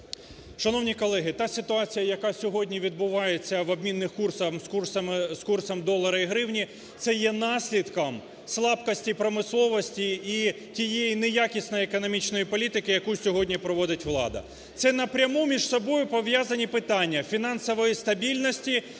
Шановні колеги! Та ситуація, яка сьогодні відбувається в обмінниках з курсом долара і гривні, це є наслідком слабкості промисловості і тієї неякісної економічної політики, яку сьогодні проводить влада. Це напряму між собою пов'язані питання фінансової стабільності,